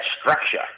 structure